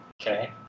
Okay